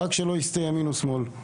רק שלא יסטה ימין או שמאל.